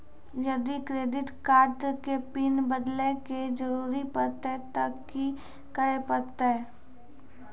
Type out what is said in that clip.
यदि credit card के PIN बदले के जरूरी परतै ते की करे परतै?